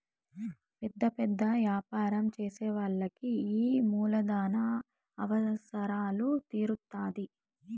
పెద్ద పెద్ద యాపారం చేసే వాళ్ళకి ఈ మూలధన అవసరాలు తీరుత్తాధి